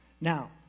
Now